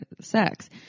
sex